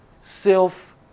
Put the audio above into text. self